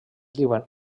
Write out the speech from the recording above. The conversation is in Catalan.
diuen